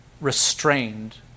restrained